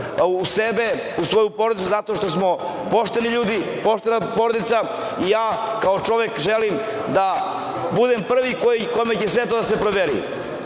u sebe, u svoju porodicu, zato što smo pošteni ljudi, poštena porodica i kao čovek želim da budem prvi kome će to sve da se proveri,